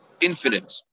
infinite